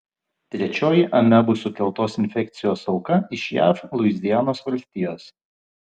trečioji amebų sukeltos infekcijos auka iš jav luizianos valstijos